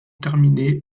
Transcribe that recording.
terminée